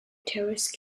terrace